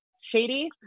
shady